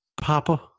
Papa